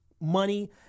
money